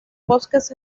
bosques